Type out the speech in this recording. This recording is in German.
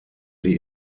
sie